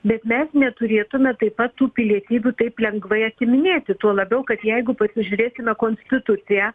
bet mes neturėtume taip pat tų pilietybių taip lengvai atiminėti tuo labiau kad jeigu pasižiūrėkime konstituciją